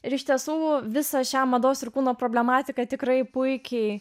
ir iš tiesų visą šią mados ir kūno problematiką tikrai puikiai